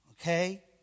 Okay